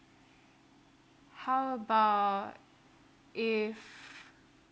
how about if